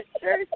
Sure